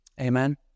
Amen